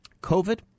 COVID